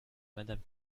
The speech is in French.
madame